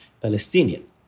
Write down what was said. Palestinian